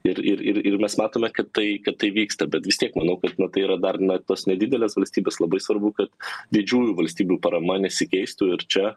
ir ir ir ir mes matome kad tai kad tai vyksta bet vis tiek manau kad tai yra dar na tos nedidelės valstybės labai svarbu kad didžiųjų valstybių parama nesikeistų ir čia